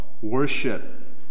worship